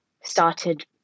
started